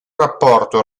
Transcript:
rapporto